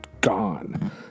gone